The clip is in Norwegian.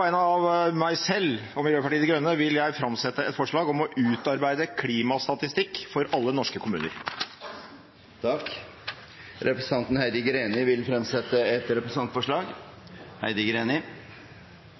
vegne av meg selv og Miljøpartiet De Grønne vil jeg framsette et forslag om å utarbeide statistikk for klimagassutslipp for alle norske kommuner. Representanten Heidi Greni vil fremsette et representantforslag.